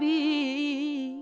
the